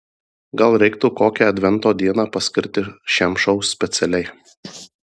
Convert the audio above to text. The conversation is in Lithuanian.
gal reiktų kokią advento dieną paskirti šiam šou specialiai